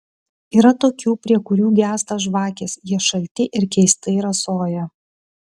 yra tokių prie kurių gęsta žvakės jie šalti ir keistai rasoja